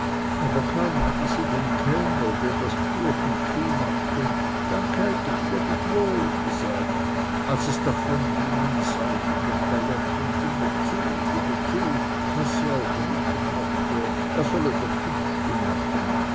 aber kaum hatte sie dem kellner der das türchen zumachte dankeigit lebit wohl gesagt als es davonging in sausendem galopp und immerzu immerzu was sie auch rufen mochte er solle doch hübschli machen